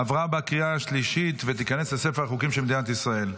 עברה בקריאה השלישית ותיכנס לספר החוקים של מדינת ישראל.